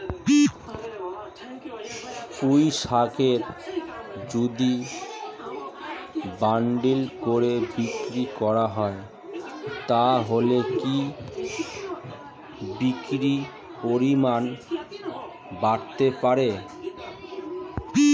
পুঁইশাকের যদি বান্ডিল করে বিক্রি করা হয় তাহলে কি বিক্রির পরিমাণ বাড়তে পারে?